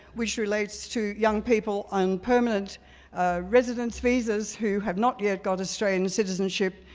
which relates to young people on permanent residence visas, who have not yet got australian citizenship,